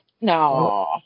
No